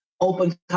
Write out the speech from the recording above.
open